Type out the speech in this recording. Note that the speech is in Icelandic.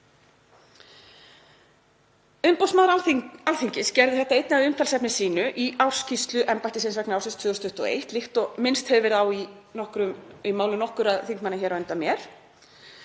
Umboðsmaður Alþingis gerði þetta einnig að umtalsefni sínu í ársskýrslu embættisins vegna ársins 2021, líkt og minnst hefur verið á í máli nokkurra þingmanna hér á undan mér.